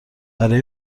برای